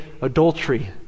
adultery